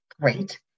great